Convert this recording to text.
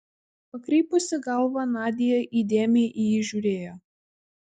pakreipusi galvą nadia įdėmiai į jį žiūrėjo